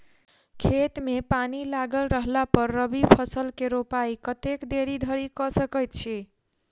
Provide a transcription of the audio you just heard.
खेत मे पानि लागल रहला पर रबी फसल केँ रोपाइ कतेक देरी धरि कऽ सकै छी?